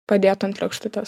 padėto ant lėkštutės